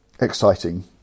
exciting